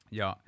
ja